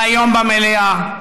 והיום במליאה,